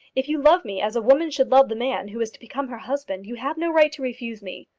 if you love me as a woman should love the man who is to become her husband, you have no right to refuse me.